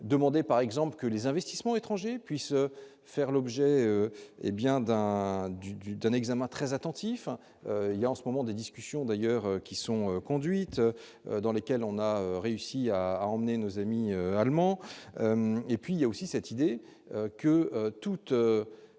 demandez par exemple que les investissements étrangers puissent faire l'objet, et bien d'un d'une d'une d'un examen très attentif, il y a en ce moment des discussions d'ailleurs qui sont conduites dans lesquels on a réussi à emmener nos amis allemands, et puis il y a aussi cette idée que toute